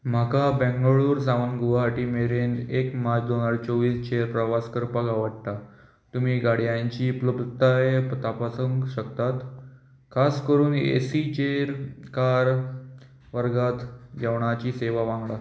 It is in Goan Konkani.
म्हाका बेंगळूर सावन गुवाहाटी मेरेन एक मार्च दोन हजार चोवीसचेर प्रवास करपाक आवडटा तुमी गाडयांची उपलब्धताय तपासूंक शकतात खास करून एसीचेर कार वर्गांत जेवणाची सेवा वांगडा